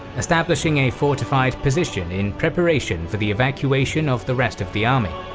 establishing a fortified position in preparation for the evacuation of the rest of the army.